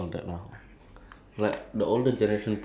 ya all those um aunties